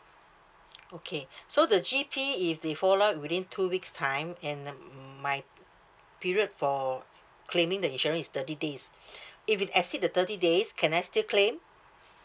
okay so the G_P if they follow up within two weeks time and um my period for claiming the insurance is thirty days if it exceed the thirty days can I still claim